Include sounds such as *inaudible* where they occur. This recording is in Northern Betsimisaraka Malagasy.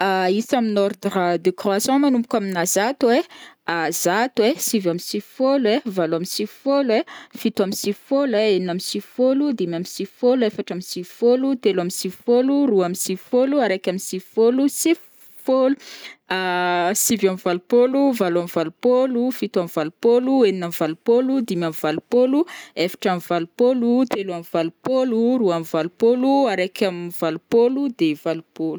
*hesitation* isa amin'ordre décroissant manomboka amina zato ai: *hesitation* zato ai, sivy amby sivy fôlo ai, valo amby sivy fôlo ai, fito amby sivy fôlo ai, enina amby sivy f- fôlo, dimy amby sivy fôlo, efatra amby sivy fôlo, telo amby sivy fôlo, roa amby sivy fôlo, araiky amby sivy fôlo, sivy fôlo, *hesitation* sivy amby valo pôlo, valo amby valo pôlo, fito amby valo pôlo, enina amby valo pôlo, dimy amby valo pôlo, efatra amby valo pôlo, telo amby valo pôlo, roa amby valo pôlo, araiky amby valo pôlo, de valo pôlo.